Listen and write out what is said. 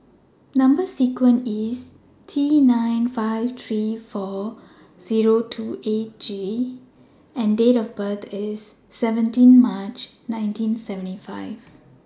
Number sequence IS T nine five three four Zero two eight G and Date of birth IS seventeen March nineteen seventy five